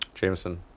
Jameson